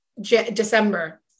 December